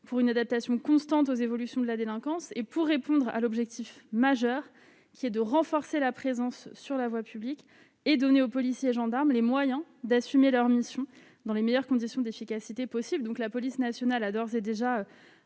pour une adaptation constante aux évolutions de la délinquance, pour répondre à l'objectif majeur du renforcement de la présence sur la voie publique et pour donner aux policiers et gendarmes les moyens d'assumer leurs missions dans les meilleures conditions d'efficacité possible. La police nationale a d'ores et déjà